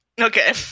Okay